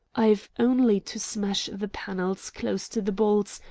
i've only to smash the panels close to the bolts,